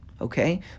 Okay